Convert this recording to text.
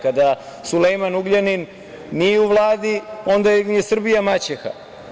Kada Sulejman Ugljanin nije u Vladi, onda im je Srbija maćeha.